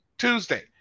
Tuesday